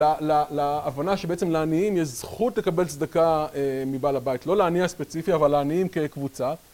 להבנה שבעצם לעניים יש זכות לקבל צדקה מבעל הבית, לא לעני הספציפי, אבל לעניים כקבוצה